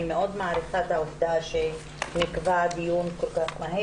אני מאוד מעריכה את העובדה שנקבע דיון כל כך מהר.